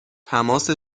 تماس